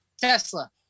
Tesla